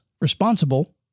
responsible